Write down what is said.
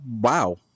wow